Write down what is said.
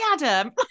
Adam